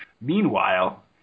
Meanwhile